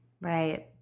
Right